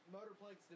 Motorplex